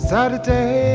Saturday